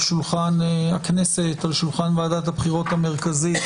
שולחן הכנסת ועל שולחן ועדת הבחירות המרכזית,